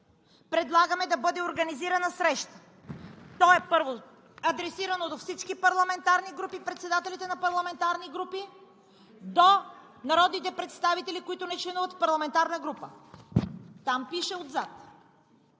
„Предлагаме да бъде организирана среща.“ То е адресирано първо до всички парламентарни групи, председателите на парламентарни групи, до народните представители, които не членуват в парламентарна група. Там отзад